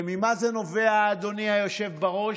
וממה זה נובע, אדוני היושב בראש?